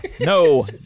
no